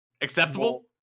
Acceptable